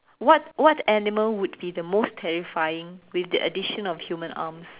what what animal would be the most terrifying with the addition of human arms